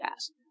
asked